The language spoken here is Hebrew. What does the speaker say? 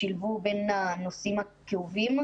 שילבו בין הנושאים הכאובים.